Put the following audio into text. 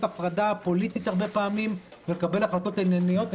הפרדה פוליטית הרבה פעמים ולקבל החלטות ענייניות.